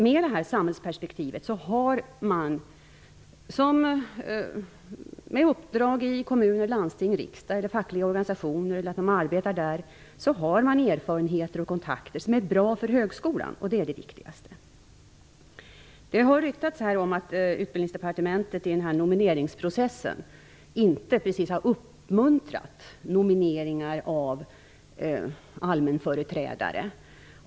Med ett samhällsperspektiv och med uppdrag och arbete i kommuner, landsting, riksdag och i fackliga organisationer, har man fått erfarenheter och kontakter som är bra för högskolan. Det är det viktigaste. Det har ryktats om att Utbildningsdepartementet i sin nomeringsprocess inte precis har uppmuntrat nomineringar av allmänföreträdare.